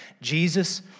Jesus